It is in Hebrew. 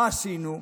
מה עשינו?